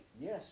Yes